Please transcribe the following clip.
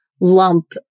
lump